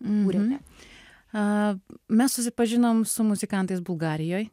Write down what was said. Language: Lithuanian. mhm mes susipažinome su muzikantais bulgarijoje